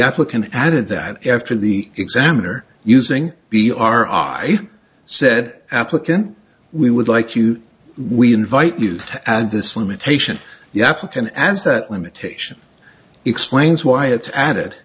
applicant added that after the examiner using b r r i said applicant we would like you we invite you and this limitation the african as that limitation explains why it's added